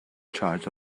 charge